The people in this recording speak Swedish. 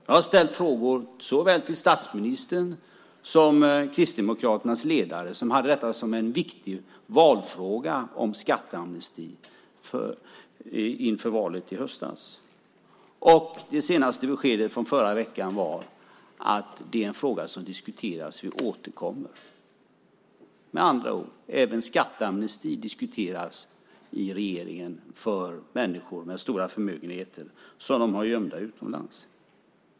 Jag har ställt frågor till såväl statsministern som Kristdemokraternas ledare. Han hade skatteamnesti som en viktig valfråga inför valet i höstas. Det senaste beskedet från förra veckan var att det är en fråga som diskuteras och att man ska återkomma. Med andra ord diskuteras även skatteamnesti i regeringen för människor med stora förmögenheter som de har gömda utomlands.